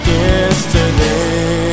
yesterday